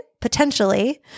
potentially